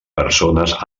persones